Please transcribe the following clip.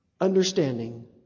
understanding